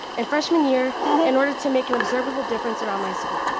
in freshman year in order to make an observable difference around my school,